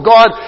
God